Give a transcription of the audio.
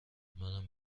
منم